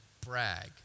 brag